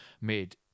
made